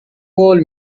قول